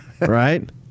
right